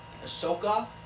Ahsoka